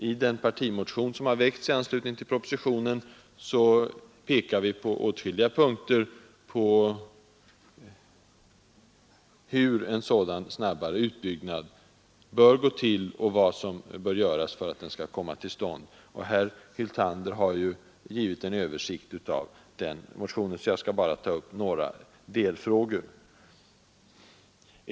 I den partimotion som folkpartiet har väckt i anslutning till propositionen pekar vi i tolv punkter på hur en sådan snabbare utbyggnad bör gå till och vad som bör göras för att den skall komma till stånd. Herr Hyltander har gett en översikt över motionen, och jag skall bara ta upp några delfrågor.